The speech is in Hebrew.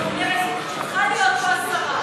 אני אומרת: צריכה להיות פה השרה,